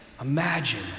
Imagine